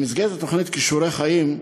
במסגרת התוכנית "כישורי חיים"